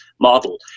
model